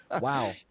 Wow